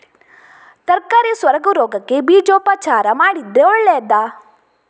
ತರಕಾರಿ ಸೊರಗು ರೋಗಕ್ಕೆ ಬೀಜೋಪಚಾರ ಮಾಡಿದ್ರೆ ಒಳ್ಳೆದಾ?